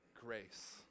grace